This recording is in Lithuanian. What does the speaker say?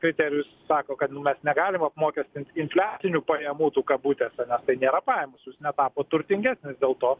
kriterijus sako kad mes negalim apmokestint infliacinių pajamų tų kabutėse nes tai nėra pajamos jūs netapot turtingesnis dėl to